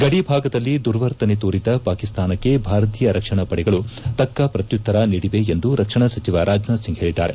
ಗಡಿ ಭಾಗದಲ್ಲಿ ದುರ್ವರ್ತನೆ ತೋರಿದ ಪಾಕಿಸ್ತಾನಕ್ಕೆ ಭಾರತೀಯ ರಕ್ಷಣಾ ಪಡೆಗಳು ತಕ್ಕ ಪ್ರತ್ಯುತ್ತರ ನೀಡಿವೆ ಎಂದು ರಕ್ಷಣಾ ಸಚಿವ ರಾಜನಾಥ್ ಸಿಂಗ್ ಹೇಳಿದ್ದಾರೆ